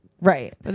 Right